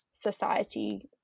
society